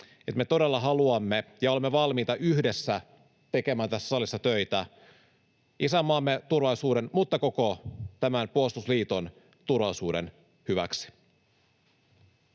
me todella haluamme ja olemme valmiita yhdessä tekemään tässä salissa töitä isänmaamme turvallisuuden mutta koko tämän puolustusliiton turvallisuuden hyväksi.